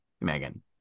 megan